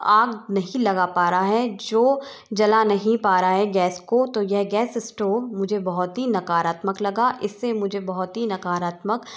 आग नहीं लगा पा रहा है जो जला नहीं पा रहा है गैस को तो यह गैस इस्टोव मुझे बहुत ही नकारात्मक लगा इससे मुझे बहुत ही नकारात्मक